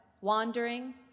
wandering